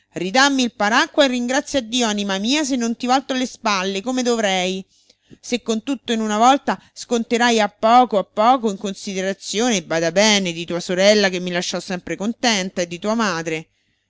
ridammi il paracqua e ringrazia dio anima mia se non ti volto le spalle come dovrei se non tutto in una volta sconterai a poco a poco in considerazione bada bene di tua sorella che mi lasciò sempre contenta e di tua madre